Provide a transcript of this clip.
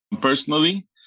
personally